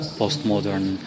postmodern